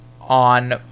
on